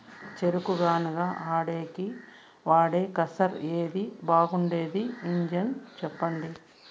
చెరుకు గానుగ ఆడేకి వాడే క్రషర్ ఏది బాగుండేది ఇంజను చెప్పండి?